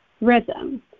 rhythm